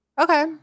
Okay